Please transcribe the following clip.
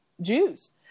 Jews